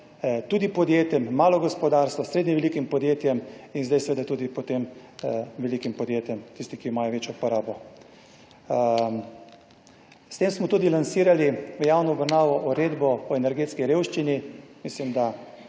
tudi podjetjem, malo gospodarstvo, srednje velikim podjetjem in zdaj seveda tudi potem velikim podjetjem, tisti, ki imajo večjo porabo. S tem smo tudi lansirali v javno obravnavo uredbo o energetski revščini. Mislim, da